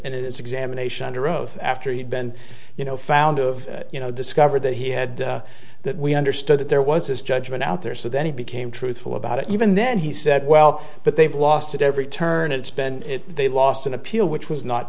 and it is examination under oath after he had been you know found of you know discovered that he had that we understood that there was his judgment out there so then he became truthful about it even then he said well but they've lost at every turn it's been they lost an appeal which was not